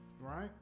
right